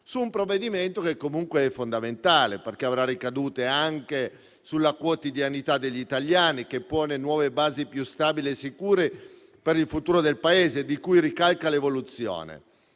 su un provvedimento che comunque è fondamentale, perché avrà ricadute anche sulla quotidianità degli italiani e pone nuove basi, più stabili e sicure, per il futuro del Paese, di cui ricalca l'evoluzione.